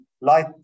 light